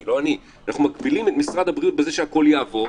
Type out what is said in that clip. אנחנו מגבילים את משרד הבריאות בזה שהכול יעבור.